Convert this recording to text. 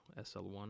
sl1